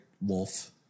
wolf